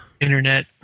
internet